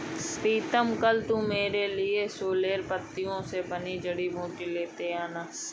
प्रीतम कल तू मेरे लिए सोरेल की पत्तियों से बनी जड़ी बूटी लेते आना